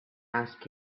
ask